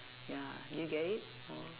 ya did you get it oh